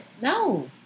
no